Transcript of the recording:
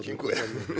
Dziękuję.